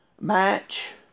match